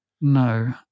no